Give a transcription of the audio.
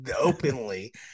openly